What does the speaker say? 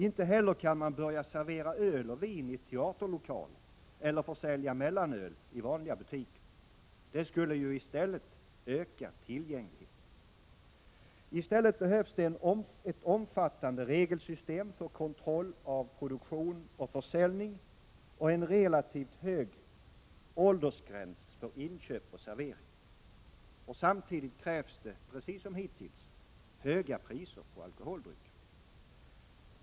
Inte heller kan man börja servera öl och vin i teaterlokaler eller sälja mellanöl i vanliga butiker. Det skulle ju öka tillgängligheten. I stället behövs det ett omfattande regelsystem för kontroll av produktion och försäljning samt en relativt hög åldersgräns för inköp och servering. Samtidigt krävs det också — precis som hittills — höga priser på alkoholdrycker.